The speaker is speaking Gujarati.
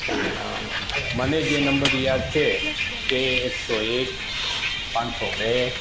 મને જે નંબર યાદ છે તે એકસો એક પાંચસો બે